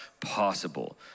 possible